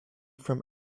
from